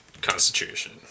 constitution